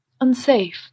unsafe